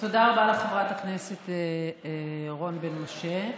תודה רבה, חברת הכנסת רון בן משה.